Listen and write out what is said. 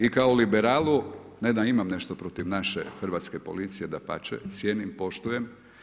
I kao liberalu ne da ima nešto protiv naše hrvatske policije, dapače cijenim, poštujem.